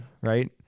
Right